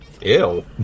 Ew